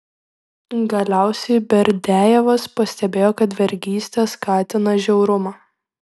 galiausiai berdiajevas pastebėjo kad vergystė skatina žiaurumą